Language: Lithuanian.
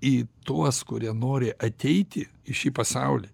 į tuos kurie nori ateiti į šį pasaulį